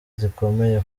zikomeye